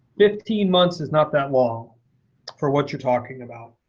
fifteen months is not that long for what you're talking about.